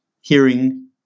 hearing